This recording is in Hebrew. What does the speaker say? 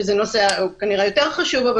שזה הנושא היותר חשוב כנראה,